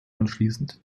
anschließend